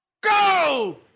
Go